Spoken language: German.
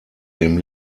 dem